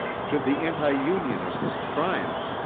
should the anti-unionists triumph,